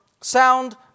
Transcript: sound